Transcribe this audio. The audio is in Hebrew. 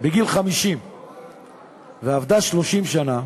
בגיל 50 ועבדה 30 שנה,